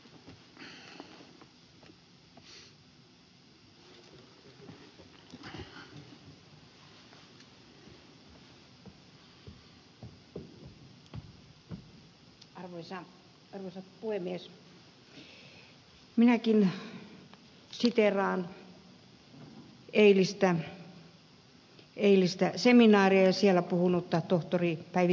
minäkin siteeraan eilistä seminaaria ja siellä puhunutta tohtori päivi tiilikkaa